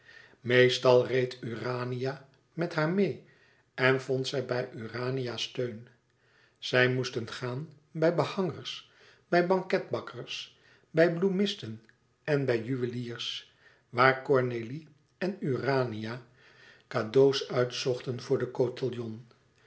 meestal reed urania met haar meê en vond zij bij urania steun zij moesten gaan bij behangers bij banketbakkers bij bloemisten en bij juweliers waar cornélie en urania cadeaux uitkozen voor den cotillon